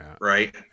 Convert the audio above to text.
Right